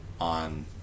on